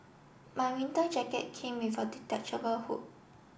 my winter jacket came with a detachable hood